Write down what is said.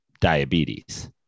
diabetes